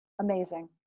amazing